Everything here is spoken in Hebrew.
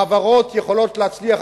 חברות יכולות להצליח,